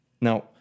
Now